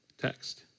text